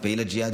פעיל ג'יהאד.